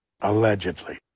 Allegedly